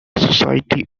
society